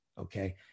Okay